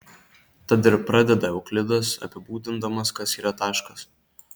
tad ir pradeda euklidas apibūdindamas kas yra taškas